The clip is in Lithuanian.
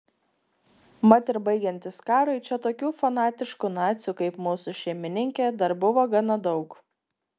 mat ir baigiantis karui čia tokių fanatiškų nacių kaip mūsų šeimininkė dar buvo gana daug